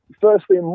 firstly